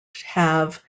have